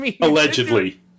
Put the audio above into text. Allegedly